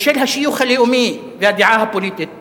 בשל השיוך הלאומי והדעה הפוליטית שלו,